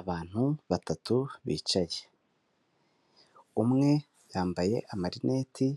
Abantu batatu bicaye umwe yambaye amarineti